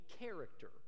character